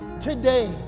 today